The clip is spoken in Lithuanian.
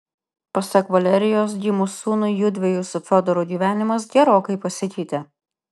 pasak valerijos gimus sūnui judviejų su fiodoru gyvenimas gerokai pasikeitė